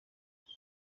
none